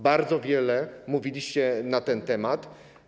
Bardzo wiele mówiliście na ten temat.